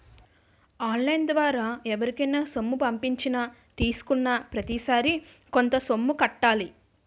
on line ద్వారా ఎవరికైనా సొమ్ము పంపించినా తీసుకున్నాప్రతిసారి కొంత సొమ్ము కట్టాలి